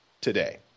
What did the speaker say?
today